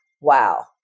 wow